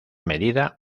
medida